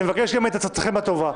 אני מבקש גם את עצתכם הטובה,